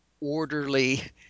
orderly